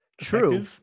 true